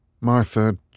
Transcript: Martha